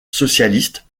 socialiste